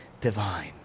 divine